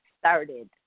started